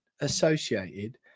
associated